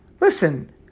listen